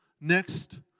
next